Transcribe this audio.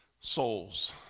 souls